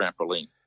trampoline